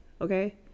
okay